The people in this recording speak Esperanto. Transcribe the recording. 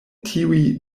tiuj